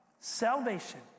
salvation